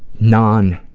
non